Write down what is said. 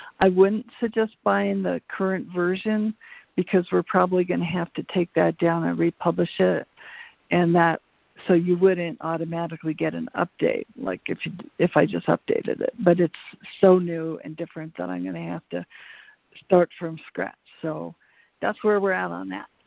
i wouldn't suggest buying the current version because we're probably gonna have to take that down and republish it and so you wouldn't automatically get an update like if if i just updated it. but it's so new and different that i'm gonna have to start from scratch, so that's where we're at on that.